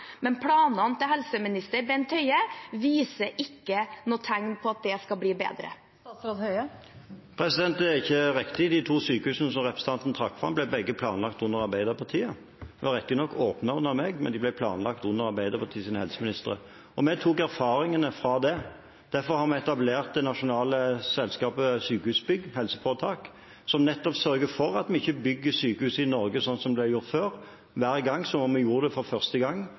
men planene til helseminister Bent Høie viser ikke noe tegn på at det skal bli bedre. Det er ikke riktig: De to sykehusene som representanten trakk fram, ble begge planlagt under Arbeiderpartiet. De ble riktignok åpnet under meg, men de ble planlagt under Arbeiderpartiets helseministre. Vi tok erfaringene fra det. Derfor har vi etablert det nasjonale selskapet Sykehusbygg HF, som nettopp sørger for at vi ikke bygger sykehus i Norge sånn som det ble gjort før – hver gang som om vi gjorde det for første gang